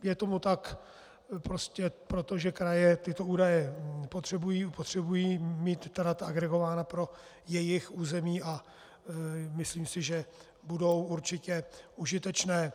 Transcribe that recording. Je tomu tak prostě proto, že kraje tyto údaje potřebují, potřebují mít data agregována pro jejich území, a myslím si, že budou určitě užitečné.